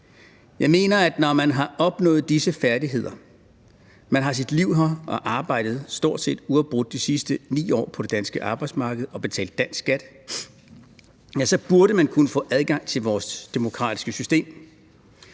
Jeg mener, at når man har opnået disse færdigheder – man har sit liv her og har arbejdet stort set uafbrudt de sidste 9 år på det danske arbejdsmarked og betalt dansk skat – så burde man kunne få adgang til vores demokratiske system.